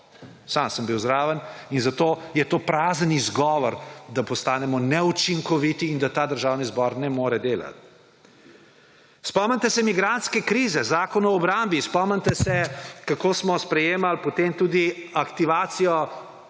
Sam sem bil zraven in zato je to prazen izgovor, da postanemo neučinkoviti in da ta državni zbor ne more delati. Spomnite se migrantske krize, zakona o obrambi, spomnite se kako smo sprejemali potem tudi aktivacijo